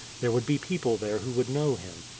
there would be people there who would know him,